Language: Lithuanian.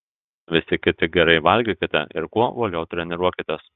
visi kiti gerai valgykite ir kuo uoliau treniruokitės